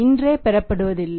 இன்றே பெறப்படுவதில்லை